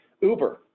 Uber